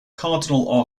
cardinal